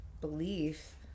belief